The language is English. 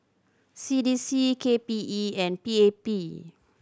C D C K P E and P A P